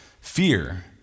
fear